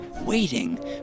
waiting